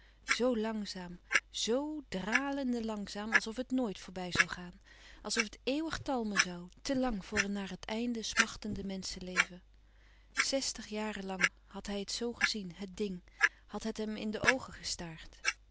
zoo langzaam z dralende langzaam als of het nooit voorbij zoû gaan als of het eeuwig talmen zoû te lang voor een naar het einde smachtende menscheleven zestig jaren lang had hij het zoo gezien het ding had het hem in de oogen gestaard